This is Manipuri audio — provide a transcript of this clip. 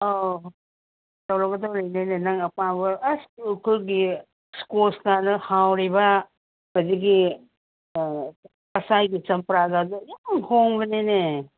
ꯑꯧ ꯑꯧ ꯑꯧ ꯇꯧꯔꯛꯀꯗꯧꯔꯤꯅꯤꯅꯦ ꯅꯪ ꯑꯄꯥꯝꯕ ꯑꯁ ꯎꯈ꯭ꯔꯨꯜꯒꯤ ꯁ꯭ꯀꯣꯁ ꯀꯥꯗꯨꯅ ꯍꯥꯎꯔꯤꯕ ꯑꯗꯒꯤ ꯑꯁꯥꯏꯒꯤ ꯆꯝꯄ꯭ꯔꯥꯒꯗꯣ ꯌꯥꯝ ꯍꯣꯡꯕꯅꯤꯅꯦ